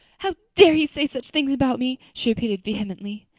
how dare you say such things about me? she repeated vehemently.